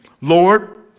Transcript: Lord